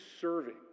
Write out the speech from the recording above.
serving